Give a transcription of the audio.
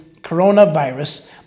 coronavirus